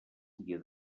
dia